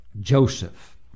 Joseph